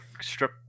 strip